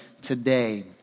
today